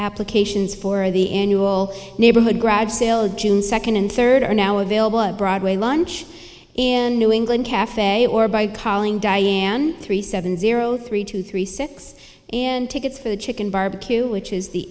applications for the annual neighborhood grab sale june second and third are now available at broadway launch and new england cafe or by calling diane three seven zero three two three six and tickets for the chicken barbecue which is the